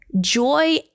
Joy